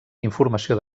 informació